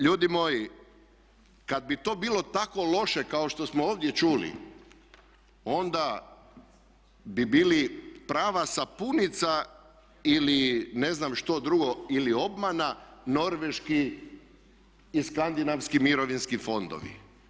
Ljudi moji, kada bi to bilo tako loše kao što smo ovdje čuli onda bi bili prava sapunica ili ne znam što drugo, ili obmana norveški i skandinavski mirovinski fondovi.